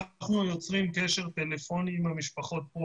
אנחנו יוצרים קשר טלפוני עם המשפחות פה